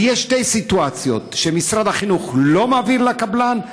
אז יש שתי סיטואציות: שמשרד החינוך לא מעביר לקבלן,